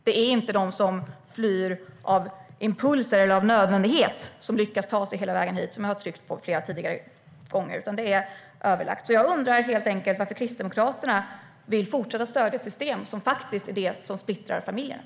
Det är inte de som flyr av impuls eller nödvändighet som lyckas ta sig hela vägen hit, som jag har betonat flera gånger tidigare, utan det är överlagt. Jag undrar helt enkelt varför Kristdemokraterna vill fortsätta att stödja ett system som är det som splittrar familjerna.